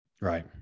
Right